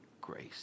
grace